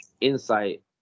insight